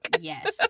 Yes